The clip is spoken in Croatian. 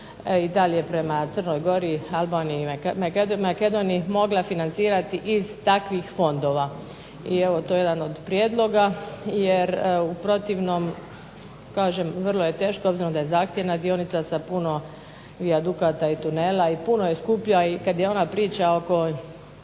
i dalje prema Crnoj Gori, Albaniji, Makedoniji mogla financirati iz takvih fondova. I evo to je jedan od prijedloga, jer u protivnom kažem vrlo je teško s obzirom da je zahtjevna dionica, sa puno vijadukata i tunela i puno je skuplja, i kad je ona priča oko